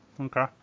Okay